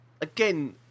again